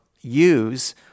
use